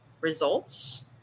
results